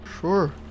Sure